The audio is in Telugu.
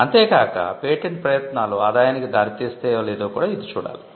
అంతే కాక పేటెంట్ ప్రయత్నాలు ఆదాయానికి దారితీస్తాయో లేదో కూడా ఇది చూడాలి